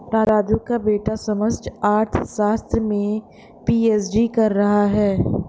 राजू का बेटा समष्टि अर्थशास्त्र में पी.एच.डी कर रहा है